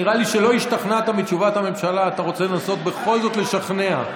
נראה לי שלא השתכנעת מתשובת הממשלה ואתה רוצה לנסות בכל זאת לשכנע.